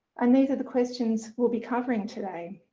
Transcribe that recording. and these are the questions we'll be covering today.